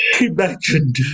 Imagined